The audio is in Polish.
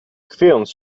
chwiejąc